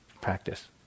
practice